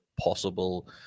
possible